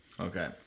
Okay